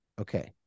okay